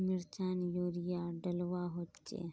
मिर्चान यूरिया डलुआ होचे?